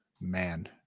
man